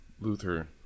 Luther